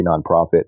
nonprofit